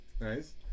Nice